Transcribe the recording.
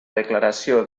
declaració